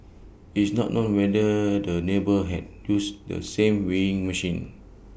it's not known whether the neighbour had used the same weighing machine